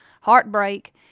heartbreak